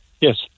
Yes